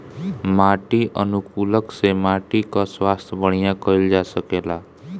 माटी अनुकूलक से माटी कअ स्वास्थ्य बढ़िया कइल जा सकेला